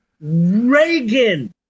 Reagan